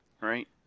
right